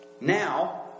Now